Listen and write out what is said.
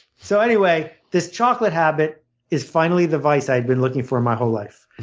so anyway, this chocolate habit is finally the vice i'd been looking for my whole life.